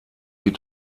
die